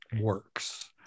works